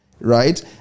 Right